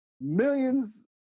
millions